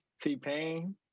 t-pain